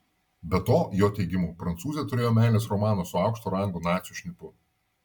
be to jo teigimu prancūzė turėjo meilės romaną su aukšto rango nacių šnipu